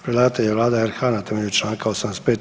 Predlagatelj je Vlada RH na temelju članka 85.